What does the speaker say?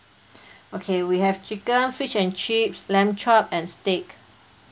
okay we have chicken fish and chips lamb chop and steak